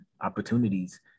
opportunities